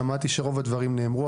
שמעתי שרוב הדברים נאמרו.